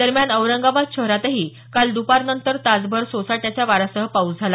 दरम्यान औरंगाबाद शहरातही काल द्पारनंतर तासभर सोसाट्याच्या वाऱ्यासह पाऊस झाला